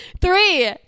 Three